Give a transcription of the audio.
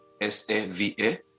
S-A-V-A